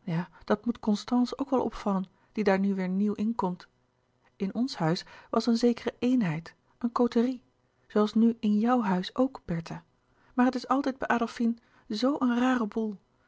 ja dat moet constance ook wel opvallen die daar nu weêr nieuw in komt in ons huis was een zekere eenlouis couperus de boeken der kleine zielen heid een côterie zooals nu in jouw huis ook bertha maar het is altijd bij adolfine zoo een rare boel